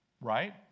Right